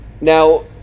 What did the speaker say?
Now